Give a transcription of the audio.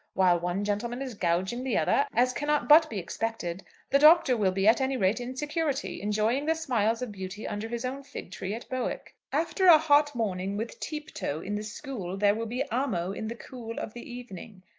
while one gentleman is gouging the other as cannot but be expected the doctor will be at any rate in security, enjoying the smiles of beauty under his own fig-tree at bowick. after a hot morning with tupto in the school, there will be amo in the cool of the evening.